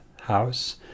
house